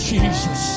Jesus